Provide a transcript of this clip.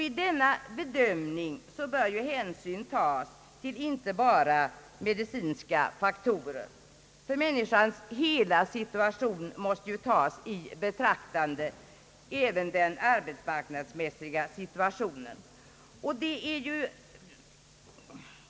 I denna bedömning bör hänsyn tagas inte enbart till medicinska faktorer, utan människans hela situation, även den arbetsmarknadsmässiga, måste tas i betraktande.